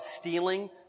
stealing